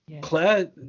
Claire